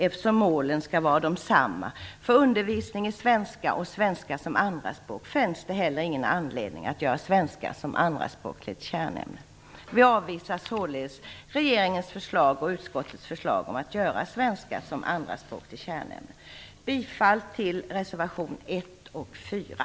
Eftersom målen skall vara desamma för undervisning i svenska och svenska som andraspråk finns det heller ingen anledning att göra svenska som andraspråk till ett kärnämne. Vi avvisar således regeringens och utskottets förslag om att göra svenska som andraspråk till kärnämne. Jag yrkar bifall till reservation 1 och 4.